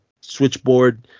switchboard